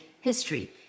history